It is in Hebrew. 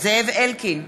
זאב אלקין,